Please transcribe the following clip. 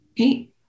Okay